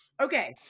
Okay